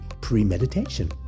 premeditation